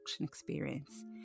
experience